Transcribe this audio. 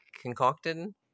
concocted